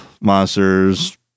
Monsters